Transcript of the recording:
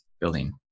building